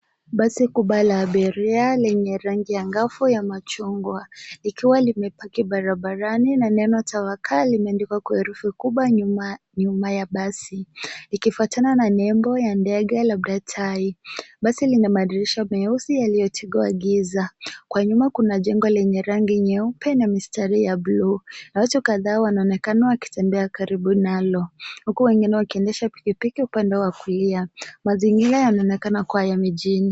Basi kubwa la abiria lenye rangi angavu ya machungwa; likiwa limepaki barabarani na neno Tawakal limendikwa kwa herufi kubwa nyuma ya basi, ikifuatana na miundo ya ndege ya Great Tie . Basi lina madirisha meusi yaliyotiwa giza. Kwa nyuma kuna jengo lenye rangi nyeupe na mistari ya buluu. Watu kadhaa wanaonekana wakitembea karibu nalo huku wengine wakiendesha pikipiki upande wa kulia. Mazingira yanaonekana kuwa ya mjini.